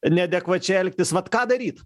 neadekvačiai elgtis vat ką daryt